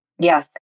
Yes